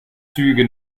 züge